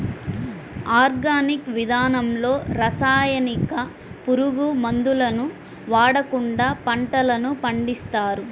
organic విధానంలో రసాయనిక, పురుగు మందులను వాడకుండా పంటలను పండిస్తారు